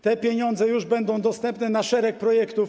Te pieniądze będą dostępne na szereg projektów.